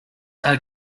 are